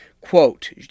Quote